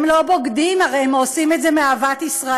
הם לא בוגדים, הרי הם עושים את זה מאהבת ישראל,